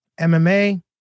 MMA